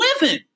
living